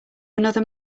another